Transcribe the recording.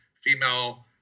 female